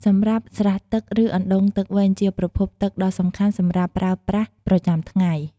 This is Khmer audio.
សម្រាប់ស្រះទឹក ឬអណ្ដូងទឹកវិញ ជាប្រភពទឹកដ៏សំខាន់សម្រាប់ប្រើប្រាស់ប្រចាំថ្ងៃ។